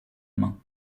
main